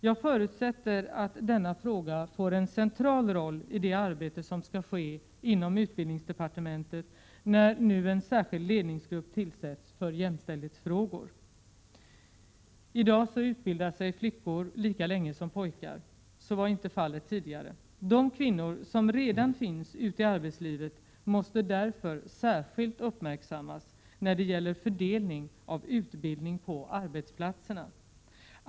Jag förutsätter att denna fråga får en central roll i det arbete som skall ske inom utbildningsdepartementet, när nu en särskild ledningsgrupp tillsätts för jämställdhetsfrågor. I dag utbildar sig flickor lika länge som pojkar. Så var inte fallet tidigare. De kvinnor som redan finns ute i arbetslivet måste därför särskilt uppmärksammas då det gäller fördelning av utbildning på arbetsplatserna.